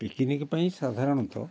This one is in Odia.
ପିକନିକ୍ ପାଇଁ ସାଧାରଣତଃ